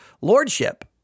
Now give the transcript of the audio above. lordship